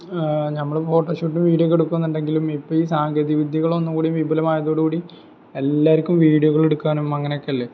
നമ്മൾ ഫോട്ടോഷൂട്ടും വീഡിയോയുമൊക്കെ എടുക്കുന്നുണ്ടെങ്കിലും ഇപ്പോൾ ഈ സാങ്കേതിക വിദ്യകളൊന്നു കൂടി വിപുലമായതോട് കൂടി എല്ലാവർക്കും വീഡിയോകൾ എടുക്കാനും അങ്ങനെ ഒക്കെയല്ലെ